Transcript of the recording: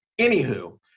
Anywho